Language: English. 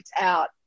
out